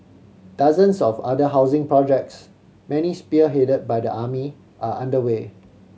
dozens of other housing projects many spearheaded by the army are underway